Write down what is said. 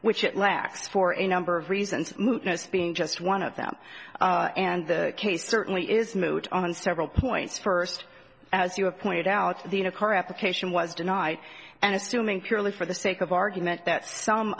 which it lacks for a number of reasons being just one of them and the case certainly is moot on several points first as you have pointed out the in a car application was denied and assuming purely for the sake of argument that some